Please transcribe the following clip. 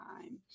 time